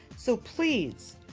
so please,